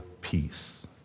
peace